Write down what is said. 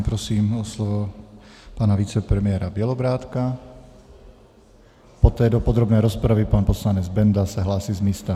Nyní prosím o slovo pana vicepremiéra Bělobrádka, poté do podrobné rozpravy pan poslanec Benda se hlásí z místa.